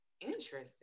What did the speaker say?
interesting